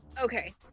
Okay